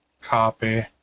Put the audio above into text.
Copy